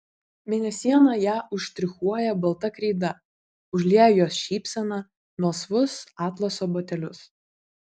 mėnesiena ją užštrichuoja balta kreida užlieja jos šypseną melsvus atlaso batelius